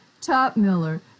Topmiller